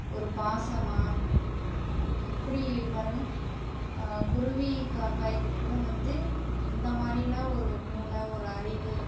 ஒரு பாசமாக எப்படி பாருங்கள் குருவி காக்காய்க்கு கூட வந்து இந்தமாதிரிலாம் ஒரு மூளை ஒரு அறிவு